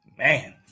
Man